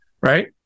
right